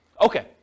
okay